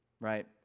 right